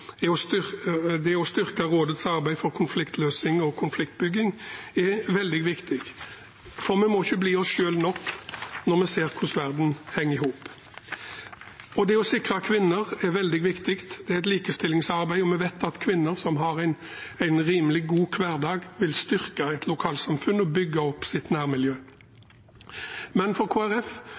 Det er klart at fredsdiplomati, det å styrke rådets arbeid for konfliktløsning og konfliktforebygging, er veldig viktig. For vi må ikke være oss selv nok når vi ser hvordan verden henger i hop. Det å sikre kvinner er veldig viktig. Det er et likestillingsarbeid, og vi vet at kvinner som har en rimelig god hverdag, vil styrke et lokalsamfunn og bygge opp sitt nærmiljø. For